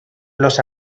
los